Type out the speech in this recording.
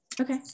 Okay